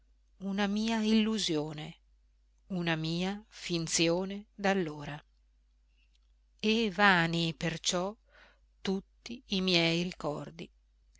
una mia illusione una mia finzione d'allora e vani perciò tutti i miei ricordi